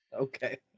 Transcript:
okay